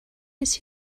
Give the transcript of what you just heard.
its